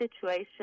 situation